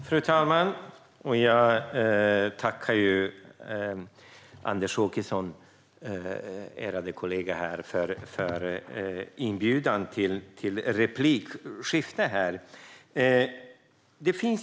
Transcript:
Fru talman! Jag tackar min ärade kollega Anders Åkesson för inbjudan till replikskifte.